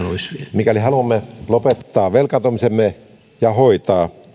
mikäli haluamme lopettaa velkaantumisemme ja hoitaa